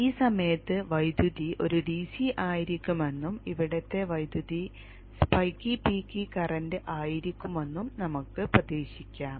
ഈ സമയത്ത് വൈദ്യുതി ഒരു ഡിസി ആയിരിക്കുമെന്നും ഇവിടത്തെ വൈദ്യുതി സ്പൈക്കി പീക്കി കറന്റ് ആയിരിക്കുമെന്നും നമ്മൾക്ക് പ്രതീക്ഷിക്കാം